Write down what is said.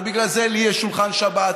בגלל זה לי יש שולחן שבת,